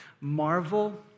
Marvel